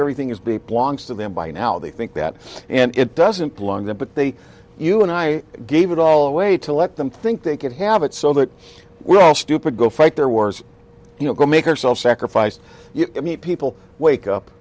everything is be blanks to them by now they think that and it doesn't belong there but they you and i gave it all away to let them think they could have it so that we're all stupid go fight their wars you know go make our self sacrifice meet people wake up